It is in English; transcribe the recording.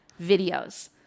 videos